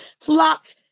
flocked